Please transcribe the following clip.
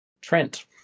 Trent